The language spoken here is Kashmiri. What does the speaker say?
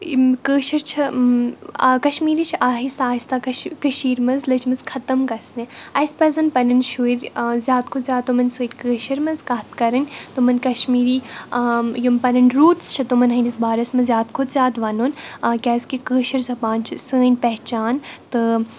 یِم کٲشِرۍ چھِ آ کَشمیٖری چھِ آہستہ آہستہ کَش کٔشیٖرِ منٛز لٔجمٕژ ختم گژھنہِ اَسہِ پَزَن پنٛنٮ۪ن شُرۍ زیادٕ کھۄتہٕ زیادٕ تِمَن سۭتۍ کٔشِر منٛز کَتھ کَرٕنۍ تِمَن کَشمیٖری یِم پَنٕنۍ روٗٹٕس چھِ تِمَن ہِنٛدِس بارَس منٛز زیادٕ کھۄتہٕ زیادٕ وَنُن کیٛازِکہِ کٲشِر زَبان چھِ سٲنۍ پہچان تہٕ